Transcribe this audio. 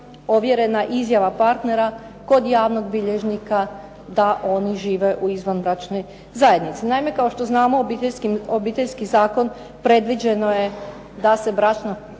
ovjerena izjava partnera kod javnog bilježnika da oni žive u izvanbračnoj zajednici. Naime kao što znamo obiteljski zakon, predviđeno je da se bračna